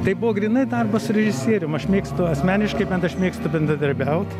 tai buvo grynai darbas su režisierium aš mėgstu asmeniškai bent aš mėgstu bendradarbiaut